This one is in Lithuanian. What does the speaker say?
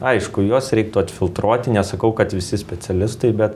aišku juos reiktų atfiltruoti nesakau kad visi specialistai bet